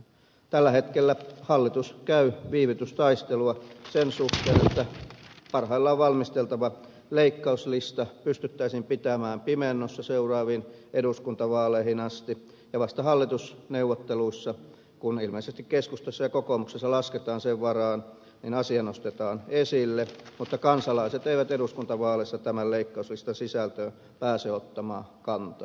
tällä hetkellä hallitus käy viivytystaistelua sen suhteen että parhaillaan valmisteltava leikkauslista pystyttäisiin pitämään pimennossa seuraaviin eduskuntavaaleihin asti ja vasta hallitusneuvotteluissa kun ilmeisesti keskustassa ja kokoomuksessa lasketaan sen varaan asia nostetaan esille mutta kansalaiset eivät eduskuntavaaleissa tämän leikkauslistan sisältöön pääse ottamaan kantaa